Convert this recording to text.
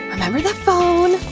remember the phone,